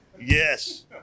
Yes